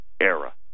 era